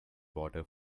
water